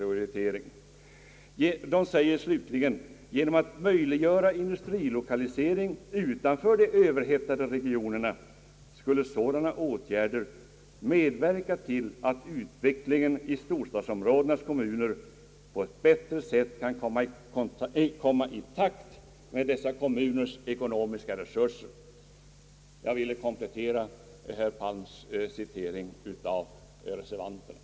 Reservanterna säger emellertid också att genom att möjliggöra industrilokalisering utanför de överhettade regionerna skulle sådana åtgärder »medverka till att utvecklingen i storstadsområdenas kommuner på ett bättre sätt kan komma i takt med dessa kommuners ekonomiska resurser». Jag har med detta velat komplettera herr Palms citering av reservanterna.